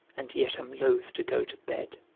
and yet am loth to go to bed.